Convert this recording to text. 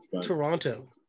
Toronto